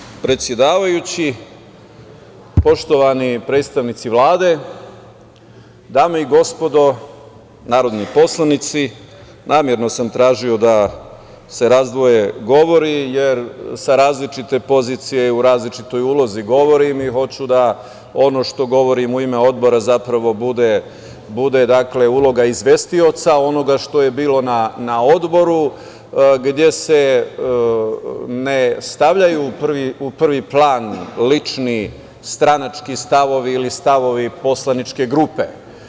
Poštovani predsedavajući, poštovani predstavnici Vlade, dame i gospodo narodni poslanici, namerno sam tražio da se razdvoje govori, jer sa različite pozicije i u različitoj ulozi govorim i hoću da ono što govorim u ime odbora zapravo bude, dakle, uloga izvestioca onoga što je bilo na odboru gde se ne stavljaju u prvi plan lični stranački stavovi ili stavovi poslaničke grupe.